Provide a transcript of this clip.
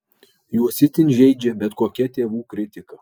juos itin žeidžia bet kokia tėvų kritika